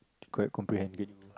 quite comprehensive